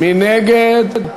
מי נגד?